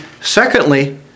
secondly